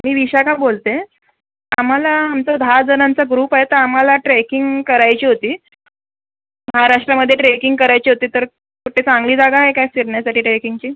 मी विशाखा बोलते आहे आम्हाला आमचा दहा जणांचा ग्रुप आहे तर आम्हाला ट्रेकिंग करायची होती महाराष्ट्रामध्ये ट्रेकिंग करायची होती तर कुठे चांगली जागा आहे का फिरण्यासाठी ट्रेकिंगची